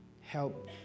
Help